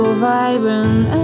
vibrant